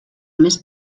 més